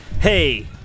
Hey